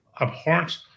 abhorrent